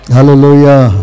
Hallelujah